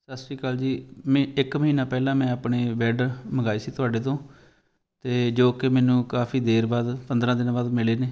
ਸਤਿ ਸ਼੍ਰੀ ਅਕਾਲ ਜੀ ਮੈਂ ਇੱਕ ਮਹੀਨਾ ਪਹਿਲਾਂ ਮੈਂ ਆਪਣੇ ਬੈਡ ਮੰਗਵਾਈ ਸੀ ਤੁਹਾਡੇ ਤੋਂ ਅਤੇ ਜੋ ਕਿ ਮੈਨੂੰ ਕਾਫੀ ਦੇਰ ਬਾਅਦ ਪੰਦਰਾਂ ਦਿਨਾਂ ਬਾਅਦ ਮਿਲੇ ਨੇ